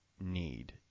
need